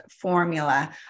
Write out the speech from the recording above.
formula